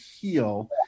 heal